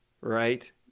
right